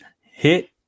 hit